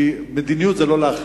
כי מדיניות זה לא להחרים,